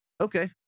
okay